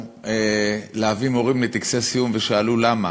יזמנו הבאת מורים לטקסי סיום, ושאלו: למה?